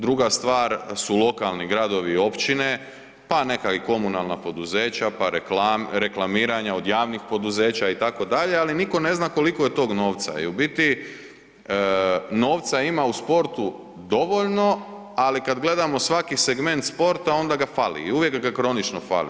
Druga stvar su lokalni gradovi i općine, pa neka i komunalna poduzeća, pa reklamiranja od javnih poduzeća itd., ali niko ne zna koliko je tog novca i u biti novca ima u sportu dovoljno, ali kad gledamo svaki segment sporta onda ga fali i uvijek ga kronično fali.